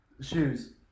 shoes